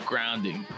Grounding